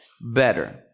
better